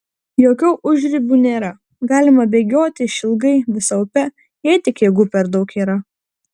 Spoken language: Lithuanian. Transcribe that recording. jokių užribių nėra galima bėgioti išilgai visą upę jei tik jėgų per daug yra